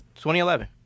2011